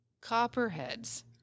copperheads